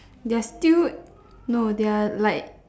they're still no they're like